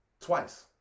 twice